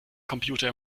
computer